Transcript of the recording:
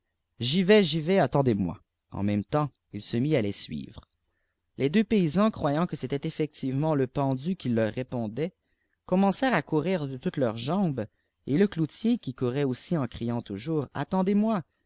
j'y vais j'y vais attendez-moi eu même temps il se mit à les suivre les deux paysans croyant que c'était effectivement le pendu qui leur répondait commencèrent à courir de toutes leurs jambes et le cloutier qui courait aussi en criant toujours attendezmoi